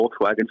Volkswagen